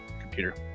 computer